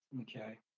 Okay